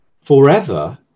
forever